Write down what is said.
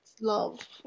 love